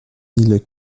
mille